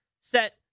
set